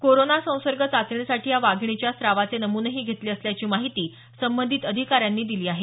corona संसर्ग चाचणीसाठी या वाघिणीच्या स्रावाचे नमुनेही घेतले असल्याची माहिती संबंधित अधिकाऱ्यांनी दिली आहे